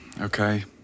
Okay